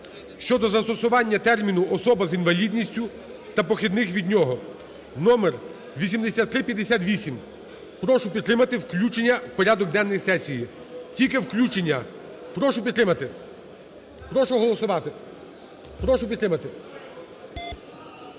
щодо застосування терміну "особа з інвалідністю" та похідних від нього (№ 8358). Прошу підтримати вкочення в порядок денний сесії, тільки включення. Прошу підтримати. Прошу голосувати. Прошу підтримати.